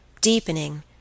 deepening